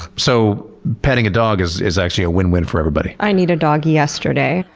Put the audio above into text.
so, petting a dog is is actually a win-win for everybody. i need a dog, yesterday.